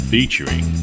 Featuring